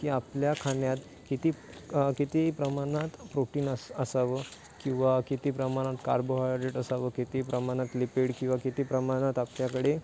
की आपल्या खाण्यात किती किती प्रमाणात प्रोटीन असा असावं किंवा किती प्रमाणात कार्बोहायड्रेट असावं किती प्रमाणात लिपिड किंवा किती प्रमाणात आपल्याकडे